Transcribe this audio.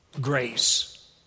grace